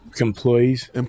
employees